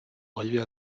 arriver